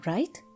Right